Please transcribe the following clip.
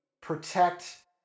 protect